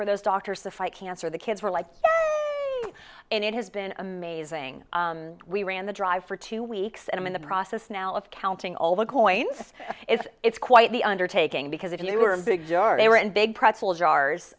for those doctors to fight cancer the kids were like and it has been amazing we ran the drive for two weeks and i'm in the process now of counting all the coins this is it's quite the undertaking because if you were big they were and big pretzel jars